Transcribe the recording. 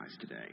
today